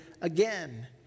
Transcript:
again